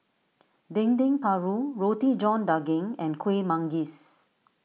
Dendeng Paru Roti John Daging and Kuih Manggis